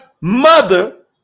mother